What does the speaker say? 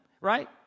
right